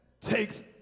takes